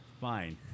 Fine